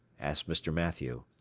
asked mr. mathew.